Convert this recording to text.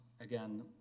again